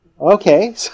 Okay